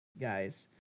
guys